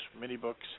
mini-books